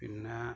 പിന്നേ